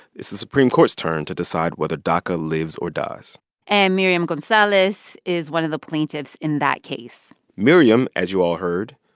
it's the supreme court's turn to decide whether daca lives or dies and miriam gonzalez is one of the plaintiffs in that case miriam, as you all heard,